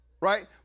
right